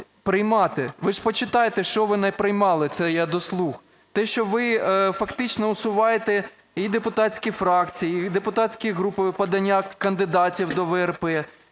приймати. Ви ж почитайте що ви наприймали, це я до "Слуг". Те, що ви фактично усуваєте і депутатські фракції, і депутатські груп від подання кандидатів до ВРП,